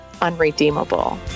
unredeemable